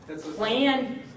Plan